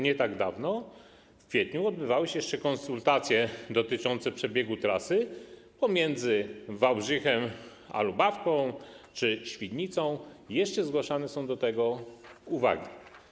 Nie tak dawno, w kwietniu, odbywały się konsultacje dotyczące przebiegu trasy pomiędzy Wałbrzychem a Lubawką czy Świdnicą i jeszcze zgłaszane są co do tego uwagi.